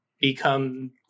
become